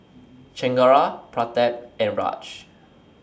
Chengara Pratap and Raj